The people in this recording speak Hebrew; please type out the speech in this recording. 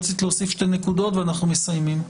רצית להוסיף שתי נקודות ואנחנו מסיימים.